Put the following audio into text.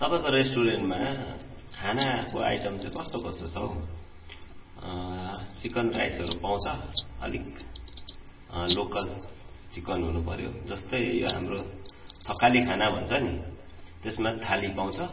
तपाईँको रेस्टुरेन्टमा खानाको आइटम चाहिँ कस्तो कस्तो छ हौ चिकन राइसहरू पाउँछ अलिक लोकल चिकन हुनुपऱ्यो जस्तै यो हाम्रो थकाली खाना भन्छ नि त्यसमा थाली पाउँछ